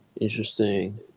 interesting